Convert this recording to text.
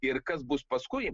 ir kas bus paskui